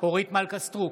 אורית מלכה סטרוק,